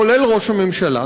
כולל ראש הממשלה,